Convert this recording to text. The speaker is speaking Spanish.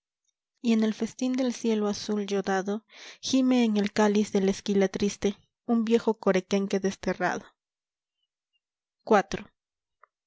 huaea y en el festín del cielo azul yodado gime en el cáliz de la esquila triste nn vieje coraquenque desterrado